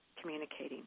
communicating